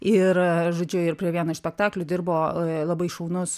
ir žodžiu ir prie vieno iš spektaklių dirbo labai šaunus